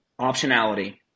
optionality